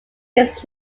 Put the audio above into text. its